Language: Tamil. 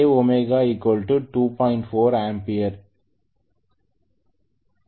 4 A இன் என்றால்